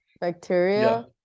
bacteria